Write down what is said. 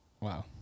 Wow